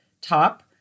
top